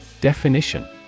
Definition